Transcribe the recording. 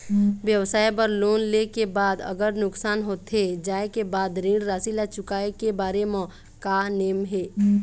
व्यवसाय बर लोन ले के बाद अगर नुकसान होथे जाय के बाद ऋण राशि ला चुकाए के बारे म का नेम हे?